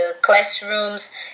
classrooms